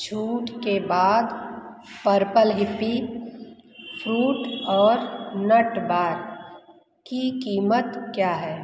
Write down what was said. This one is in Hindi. छूट के बाद पर्पल हिप्पी फ्रूट और नट बार की कीमत क्या है